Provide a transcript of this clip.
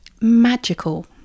magical